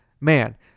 man